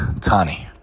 tani